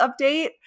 update